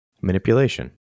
Manipulation